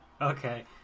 Okay